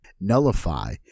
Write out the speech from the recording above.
nullify